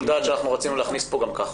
דעת שאנחנו רצינו להכניס פה גם ככה?